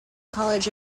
college